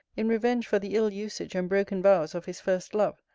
in revenge for the ill usage and broken vows of his first love,